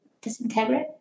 disintegrate